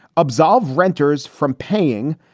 absolve renters from paying,